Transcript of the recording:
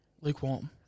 lukewarm